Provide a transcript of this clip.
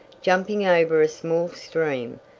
jumping over a small stream,